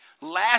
Last